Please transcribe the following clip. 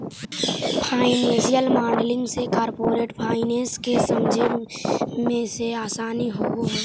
financial modelling से corporate finance के समझे मेंअसानी होवऽ हई